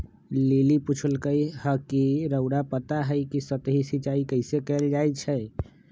lily पुछलई ह कि रउरा पता हई कि सतही सिंचाई कइसे कैल जाई छई